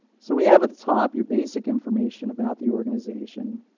so we have at the top, your basic information about the organization,